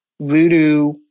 voodoo